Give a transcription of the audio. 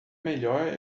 melhor